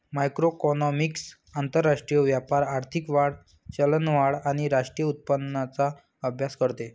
macroeconomics आंतरराष्ट्रीय व्यापार, आर्थिक वाढ, चलनवाढ आणि राष्ट्रीय उत्पन्नाचा अभ्यास करते